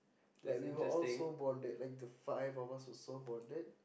like we were all so bonded like the five of us were so bonded